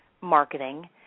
Marketing